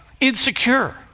insecure